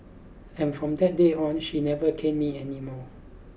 and from that day on she never caned me anymore